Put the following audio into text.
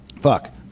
Fuck